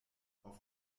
auf